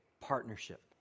partnership